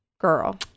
girl